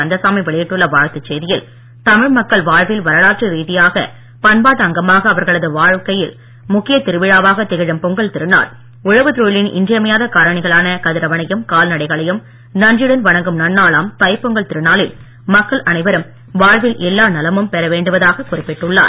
கந்தசாமி வெளியிட்டுள்ள வாழ்த்துச் செய்தியில் தமிழ் மக்கள் வாழ்வில் வரலாற்று ரீதியாக பண்பாட்டு அங்கமாக அவர்களது வாழ்க்கையில் முக்கியத் திருவிழாவாக திகழும் பொங்கல் திருநாள் உழவுத் தொழிலின் இன்றியமையாத காரணிகளான கதிரவனையும் கால்நடைகளையும் நன்றியுடன் வணங்கும் நன்னாளாம் தைப் பொங்கல் திருநாளில் மக்கள் அனைவரும் வாழ்வில் குறிப்பிட்டுள்ளார்